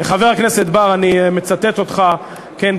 חבר הכנסת בר, אני מצטט אותך, כן.